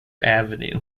avenue